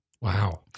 Wow